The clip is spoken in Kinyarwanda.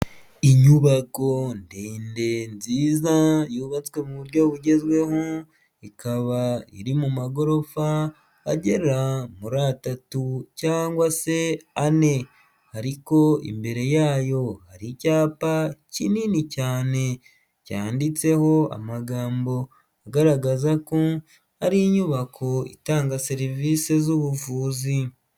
Inyubako ndende nziza yubatswe mu buryo bugezweho ikaba iri mu magorofa agera muri atatu cyangwa se ane, ariko imbere yayo hari icyapa kinini cyane cyanditseho amagambo agaragaza ko ari inyubako itanga serivisi z'ubuvuzi.